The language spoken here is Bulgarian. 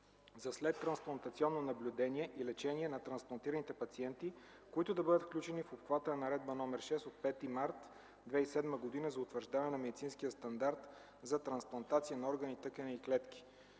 за следтрансплантационното наблюдение и лечение на трансплантираните пациенти, които да бъдат включени в обхвата на Наредба № 6 от 5 март 2007 г. за утвърждаване на медицинския стандарт за трансплантация на органи, тъкани и клетки.